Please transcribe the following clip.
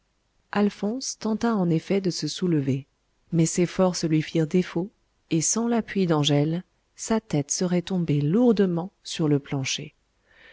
alphonse tenta en effet de se soulever mais ses forces lui firent défaut et sans l'appui d'angèle sa tête serait tombée lourdement sur le plancher